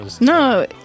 No